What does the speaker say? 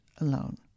alone